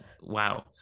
Wow